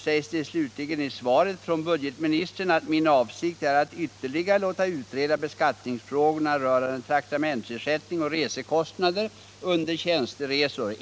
I slutet av svaret säger budgetministern att han har för avsikt att ”ytterligare låta utreda beskattningsfrågorna rörande traktamentsersättningar och resekostnader under tjänsteresor.